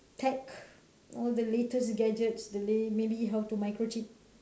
tech all the latest gadgets the la~ maybe how to microchip